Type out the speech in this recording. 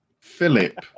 Philip